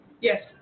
Yes